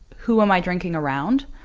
who am i drinking around?